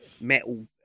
metal